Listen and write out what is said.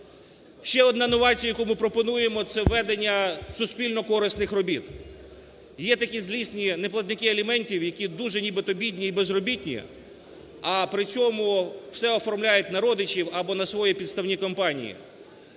Ще одна новація, яку ми пропонуємо, це ведення суспільно-корисних робіт. Є такі злісні не платники аліментів, які дуже нібито бідні і безробітні, а при цьому все оформляють на родичів або на свої підставні компанії.